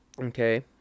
Okay